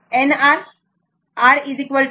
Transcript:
तर n r आणि r b2 आहे